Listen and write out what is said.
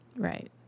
Right